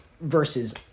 versus